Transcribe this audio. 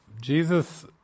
Jesus